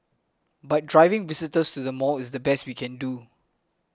but driving visitors to the mall is the best we can do